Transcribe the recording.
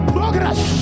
Progress